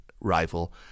rival